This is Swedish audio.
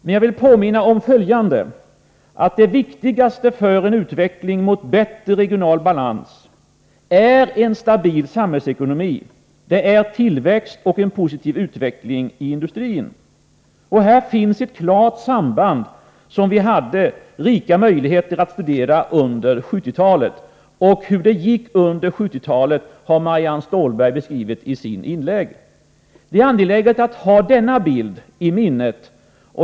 Men jag vill påminna om följande. Det viktigaste för en utveckling mot bättre regional balans är en stabil samhällsekonomi, en tillväxt och en positiv utveckling i industrin. Här finns ett klart samband, som vi hade rika möjligheter att studera under 1970-talet. Hur det gick under 1970-talet har Marianne Stålberg beskrivit i sitt inlägg. Det är angeläget att ha denna bild i minnet.